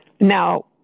now